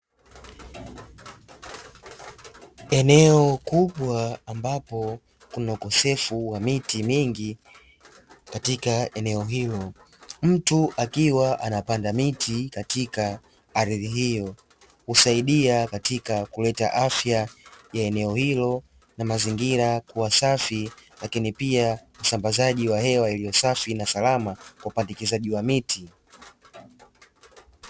Eneo kubwa ambapo kuna ukosefu wa miti mingi. katika eneo hilo mtu akiwa anapanda miti katika ardhi hiyo, husaidia katika kuleta afya ya eneo hilo na mazingira kuwa safi lakini pia usambazaji wa hewa iliyo safi na salama kwa upandikizaji wa miti.